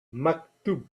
maktub